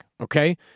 Okay